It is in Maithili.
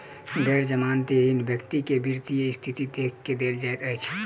गैर जमानती ऋण व्यक्ति के वित्तीय स्थिति देख के देल जाइत अछि